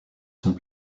sont